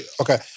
Okay